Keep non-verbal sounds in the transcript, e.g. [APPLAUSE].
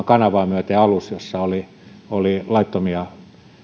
[UNINTELLIGIBLE] kanavaa myöten alus jossa oli oli laittomia